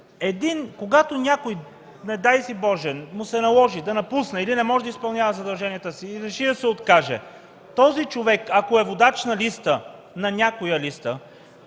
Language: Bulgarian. колеги, когато някой, не дай си Боже, му се наложи да напусне или не може да изпълнява задълженията си и реши да се откаже, този човек, ако е водач на някоя листа,